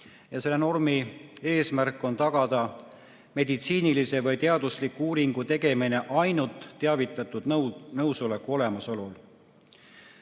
Selle normi eesmärk on tagada meditsiinilise või teadusliku uuringu tegemine ainult teavitatud nõusoleku olemasolul.